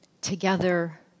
together